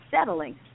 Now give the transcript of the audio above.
settling